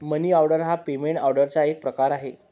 मनी order हा payment ऑर्डरचा एक प्रकार आहे